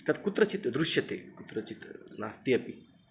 तत् कुत्रचित् दृश्यते कुत्रचित् नास्ति अपि